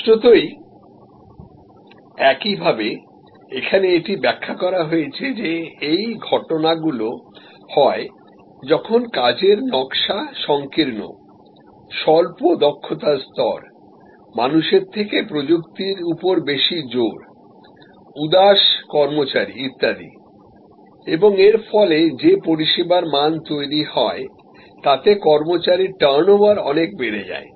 স্পষ্টতই একইভাবে এখানে এটি ব্যাখ্যা করা হয়েছে যে এই ঘটনাগুলো হয় যখন কাজের নকশা সংকীর্ণ স্বল্প দক্ষতার স্তর মানুষের থেকে প্রযুক্তির উপর বেশি জোর উদাস কর্মচারী ইত্যাদি এবং এর ফলে যে পরিষেবার মান তৈরি হয় তাতে কর্মচারীর টার্নওভার অনেক বেড়ে যায়